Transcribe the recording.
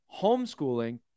Homeschooling